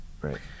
right